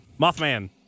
Mothman